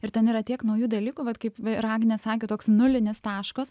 ir ten yra tiek naujų dalykų vat kaip ir agnė sakė toks nulinis taškas